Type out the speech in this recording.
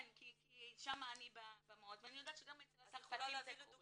כן כי אני שם ואני יודעת שגם אצל הצרפתים זה קורה.